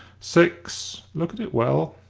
six. look at it well.